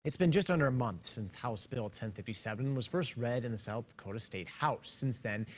it's been just under a month since house bill ten fifty seven was first read in the south dakota state house. since then,